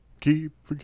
Keep